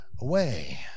away